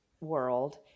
world